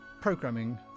programming